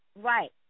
Right